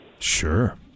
Sure